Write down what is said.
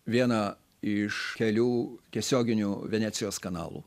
vieną iš kelių tiesioginių venecijos kanalų